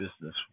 business